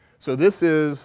so this is